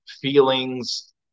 feelings